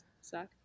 suck